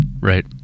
Right